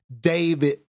David